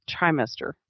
trimester